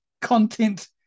content